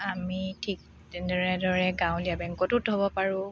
আমি ঠিক তেনেদৰে গাঁৱলীয়া বেংকতো থ'ব পাৰোঁ